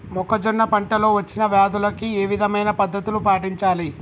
మొక్కజొన్న పంట లో వచ్చిన వ్యాధులకి ఏ విధమైన పద్ధతులు పాటించాలి?